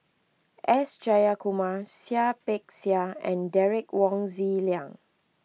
S Jayakumar Seah Peck Seah and Derek Wong Zi Liang